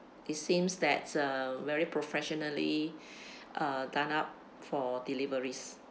it seems that uh very professionally uh done up for deliveries